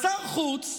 אז שר חוץ,